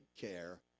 Care